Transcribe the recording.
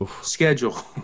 schedule